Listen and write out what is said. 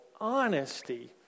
honesty